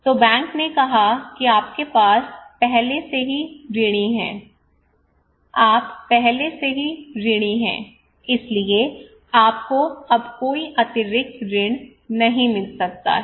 तो बैंक ने कहा कि आपके पास पहले से ही ऋणी है इसलिए आपको अब कोई अतिरिक्त ऋण नहीं मिल सकता है